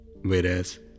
Whereas